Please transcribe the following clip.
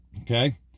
Okay